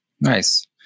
Nice